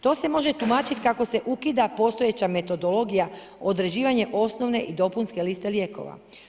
To se može tumačiti kako se ukida postojeća metodologija određivanje osnovne i dopunske liste lijekova.